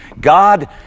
God